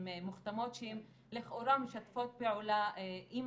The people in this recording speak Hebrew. מוכתמות שהן לכאורה משתפות פעולה עם